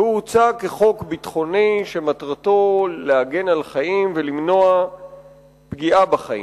והוא הוצג כחוק ביטחוני שמטרתו להגן על חיים ולמנוע פגיעה בחיים.